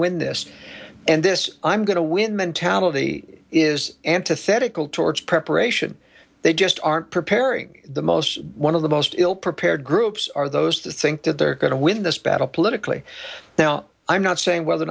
win this and this i'm going to win mentality is antithetical towards preparation they just aren't preparing the most one of the most ill prepared groups are those that think that they're going to win this battle politically now i'm not saying whether or